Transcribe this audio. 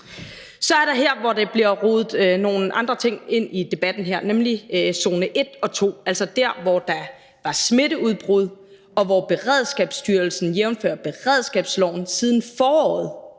Så er det her, der bliver rodet nogle andre ting ind i debatten her, nemlig zone 1 og 2, altså der, hvor der var smitteudbrud, og hvor Beredskabsstyrelsen jævnfør beredskabsloven siden foråret